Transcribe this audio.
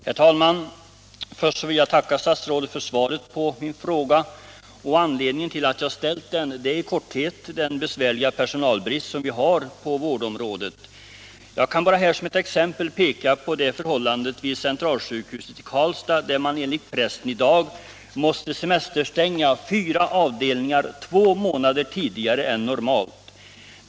Herr talman! Först vill jag tacka statsrådet för svaret på min fråga. Anledningen till att jag ställt den är i korthet den besvärliga personalbristen på vårdområdet. Jag kan exempelvis peka på förhållandena vid centralsjukhuset i Karlstad, där man enligt pressen i dag måste semesterstänga fyra avdelningar två månader tidigare än normalt.